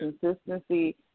consistency